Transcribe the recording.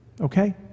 Okay